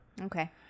Okay